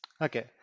okay